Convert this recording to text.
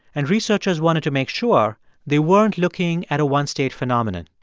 and researchers wanted to make sure they weren't looking at a one-state phenomenon.